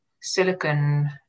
silicon